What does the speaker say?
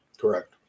Correct